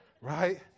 right